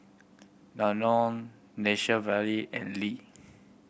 Danone Nature Valley and Lee